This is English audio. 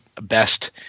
best